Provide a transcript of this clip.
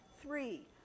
Three